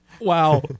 Wow